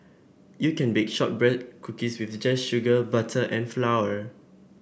you can bake shortbread cookies with just sugar butter and flour